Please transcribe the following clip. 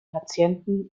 patienten